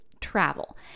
Travel